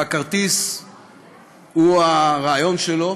הכרטיס הוא הרעיון שלו,